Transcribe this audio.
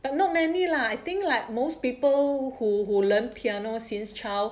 but not many lah I think like most people who who learn piano since child